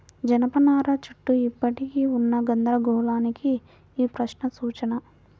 జనపనార చుట్టూ ఇప్పటికీ ఉన్న గందరగోళానికి ఈ ప్రశ్న సూచన